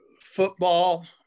football